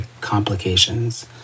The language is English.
complications